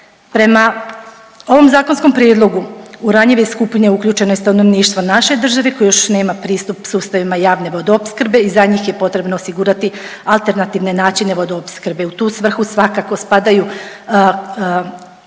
Prema ovom zakonskom prijedlogu u ranjive skupine uključeno je stanovništvo naše države koja još nema pristup sustavima javne vodoopskrbe i za njih je potrebno osigurati alternativne načine vodoopskrbe. U tu svrhu svakako spadaju i